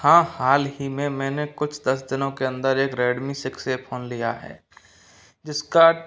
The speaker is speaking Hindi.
हाँ हाल ही में मैने कुछ दस दिनों के अंदर एक रेडमी सिक्स ए फोन लिया है जिसका